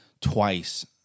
twice